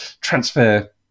transfer